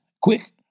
quick